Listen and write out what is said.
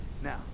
Now